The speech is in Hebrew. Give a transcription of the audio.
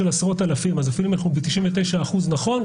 עשרות אלפים כך שאפילו אם אנחנו ב-99 אחוזים פועלים נכון,